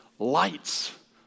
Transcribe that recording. Lights